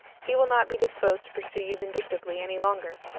he will not be disposed to pursue you vindictively any longer.